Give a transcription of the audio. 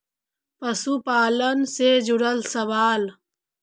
पशुपालन से जुड़ल सवाल?